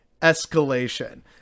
escalation